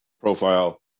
profile